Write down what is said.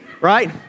right